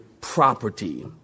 property